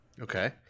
Okay